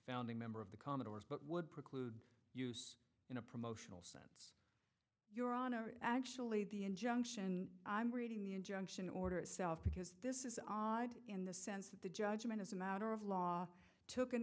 founding member of the commodore's but would preclude use in a promotional set your honor actually the injunction i'm reading the injunction order itself because this is odd in the sense that the judgment as a matter of law took an